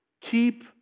Keep